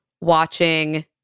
watching